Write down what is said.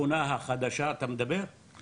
אתה מדבר על השכונה החדשה?